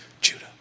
Judah